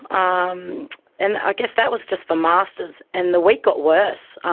um and i guess that was just for masters, and the week got worse,